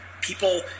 people